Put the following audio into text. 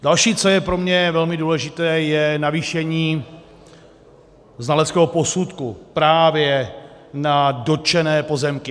Další, co je pro mě velmi důležité, je navýšení znaleckého posudku právě na dotčené pozemky.